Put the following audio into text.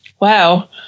wow